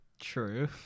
True